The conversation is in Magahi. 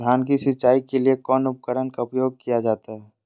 धान की सिंचाई के लिए कौन उपकरण का उपयोग किया जाता है?